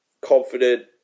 confident